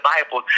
Bible